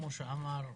כמו שאמר,